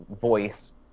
voice